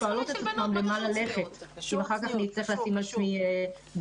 שואלות את עצמן במה ללכת ואם הן יצטרכו לשים על עצמן גדרות.